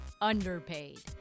underpaid